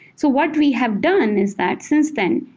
so what we have done is that, since then,